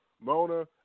Mona